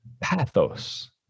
pathos